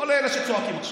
כל אלה שצועקים עכשיו.